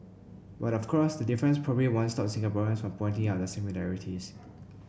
but of course the difference probably won't stop Singaporeans from pointing out the similarities